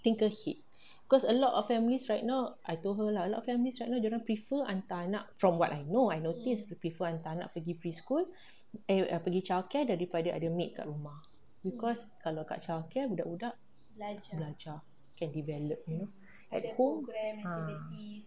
think ahead cause a lot of families right now I told her lah a lot of families right now dorang prefer hantar anak from what I know I notice prefer hantar anak pergi preschool pergi childcare daripada ada maid kat rumah because kalau kat childcare budak-budak belajar can develop you know at home ah